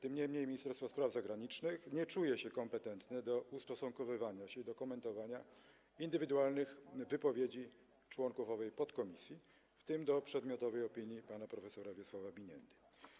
Niemniej jednak Ministerstwo Spraw Zagranicznych nie czuje się kompetentne do ustosunkowywania się, do komentowania indywidualnych wypowiedzi członków owej podkomisji, w tym przedmiotowej opinii prof. Wiesława Biniendy.